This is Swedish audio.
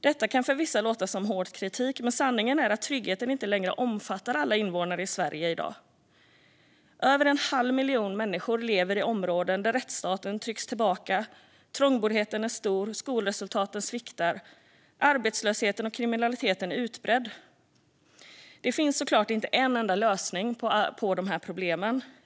Detta kan för vissa låta som hård kritik, men sanningen är att tryggheten inte längre omfattar alla invånare i Sverige i dag. Över en halv miljon människor lever i områden där rättsstaten har tryckts tillbaka, trångboddheten är stor, skolresultaten sviktar och arbetslösheten och kriminaliteten är utbredda. Det finns såklart inte en ensam lösning på alla dessa problem.